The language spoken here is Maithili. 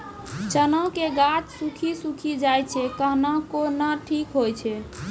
चना के गाछ सुखी सुखी जाए छै कहना को ना ठीक हो छै?